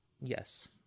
yes